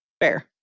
Fair